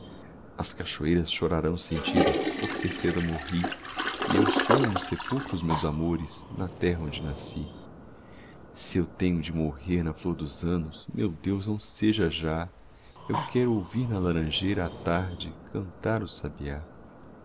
as cachoeiras chorarão sentidas porque cedo morri e eu sonho no sepulcro os meus amores na terra onde nasci se eu tenho de morrer na flor dos anos meu deus não seja já eu quero ouvir na laranjeira à tarde cantar o sabiá